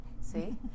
See